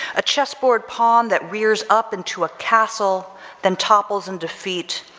a chessboard pawn that rears up into a castle then topples and defeat,